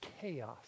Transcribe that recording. chaos